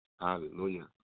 Hallelujah